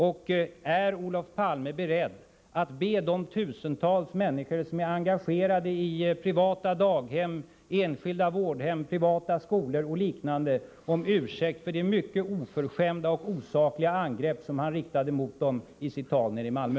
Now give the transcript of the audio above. Och är Olof Palme beredd att be de tusentals människor som är engagerade i privata daghem, enskilda vårdhem, privata skolor och liknande om ursäkt för det mycket oförskämda och osakliga angrepp som han riktade mot dem i sitt tal nere i Malmö?